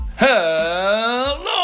Hello